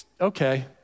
okay